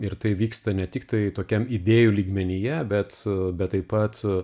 ir tai vyksta ne tiktai tokiam idėjų lygmenyje bet bet taip pat